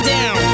Down